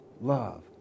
love